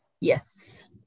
Yes